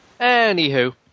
Anywho